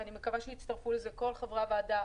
שאני מקווה שיצטרפו אליה כל חברי הוועדה,